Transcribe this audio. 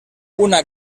una